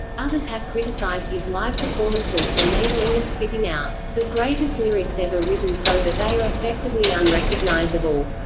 others have criticized his live performances for mangling and spitting out the greatest lyrics ever written so that they are effectively unrecognisable,